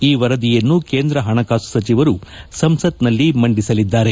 ಈ ವರದಿಯನ್ನು ಕೇಂದ್ರ ಹಣಕಾಸು ಸಚಿವರು ಸಂಸತ್ತಿನಲ್ಲಿ ಮಂಡಿಸಲಿದ್ದಾರೆ